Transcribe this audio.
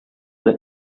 that